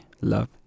love